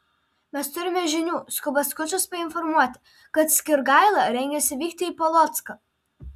mes turime žinių skuba skučas painformuoti kad skirgaila rengiasi vykti į polocką